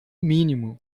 mínimo